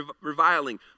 reviling